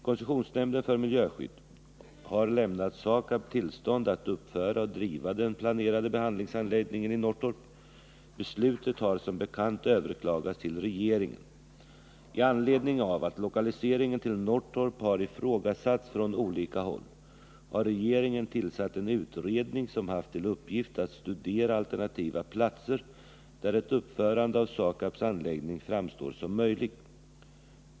Koncessionsnämnden för miljöskydd har lämnat SAKAB tillstånd att uppföra och driva den planerade behandlingsanläggningen i Norrtorp. Beslutet har som bekant överklagats till regeringen. I anledning av att lokaliseringen till Norrtorp har ifrågasatts från olika håll tillsatte regeringen en utredning som hade till uppgift att studera alternativa platser där ett uppförande av SAKAB:s anläggning framstod som möjlig.